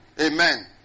Amen